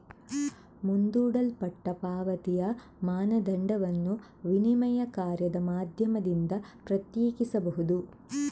ಮುಂದೂಡಲ್ಪಟ್ಟ ಪಾವತಿಯ ಮಾನದಂಡವನ್ನು ವಿನಿಮಯ ಕಾರ್ಯದ ಮಾಧ್ಯಮದಿಂದ ಪ್ರತ್ಯೇಕಿಸಬಹುದು